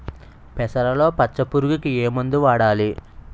పెసరలో పచ్చ పురుగుకి ఏ మందు వాడాలి?